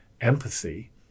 empathy